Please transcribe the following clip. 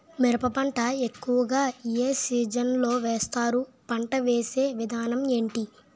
మిరప పంట ఎక్కువుగా ఏ సీజన్ లో వేస్తారు? పంట వేసే విధానం ఎంటి?